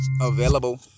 available